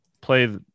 play